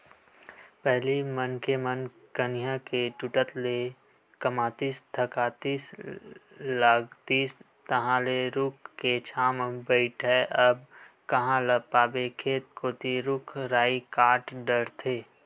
पहिली मनखे मन कनिहा के टूटत ले कमातिस थकासी लागतिस तहांले रूख के छांव म बइठय अब कांहा ल पाबे खेत कोती रुख राई कांट डरथे